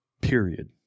period